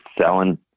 selling